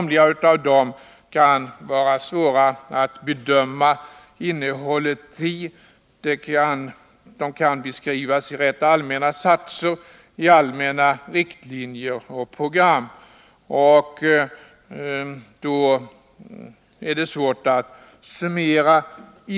Det kan vara svårt att bedöma innehållet i somliga av dem. De kan beskrivas i rätt allmänna satser, såsom allmänna riktlinjer och program, och deras innehåll är svårt att summera.